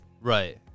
Right